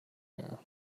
air